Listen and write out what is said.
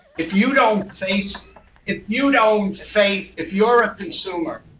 if you don't face if you know face if you're a consumer,